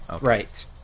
Right